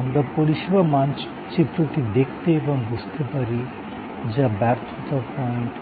আমরা পরিষেবা মানচিত্রটি দেখতে এবং বুঝতে পারি যা ব্যর্থতা পয়েন্ট